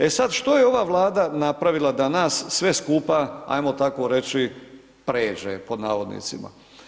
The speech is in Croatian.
E sad, što je ova Vlada napravila da nas sve skupa ajmo tako reći, pređe pod navodnicima?